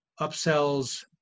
upsells